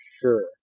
sure